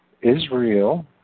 Israel